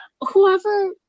Whoever